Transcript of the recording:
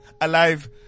Alive